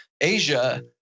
Asia